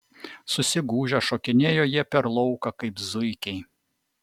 susigūžę šokinėjo jie per lauką kaip zuikiai